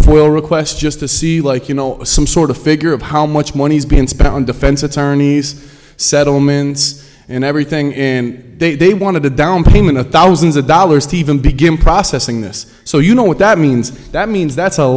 full request just to see like you know some sort of figure of how much money has been spent on defense attorneys settlements and everything in they they want to down payment of thousands of dollars to even begin processing this so you know what that means that means that's a